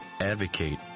advocate